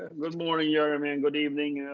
good morning, jeremy, and good evening.